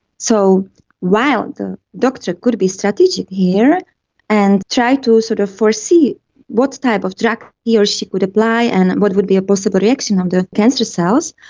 so while the doctor could be strategic here and try to sort of foresee what type of drug he or she could apply and what would be a possible reaction on um the cancer cells,